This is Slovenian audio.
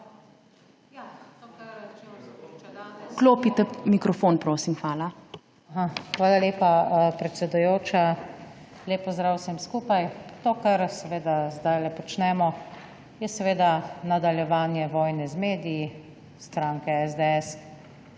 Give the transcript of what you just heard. Hvala lepa, predsedujoča. Lep pozdrav vsem skupaj! To, kar seveda zdajle počnemo, je seveda nadaljevanje vojne z mediji stranke SDS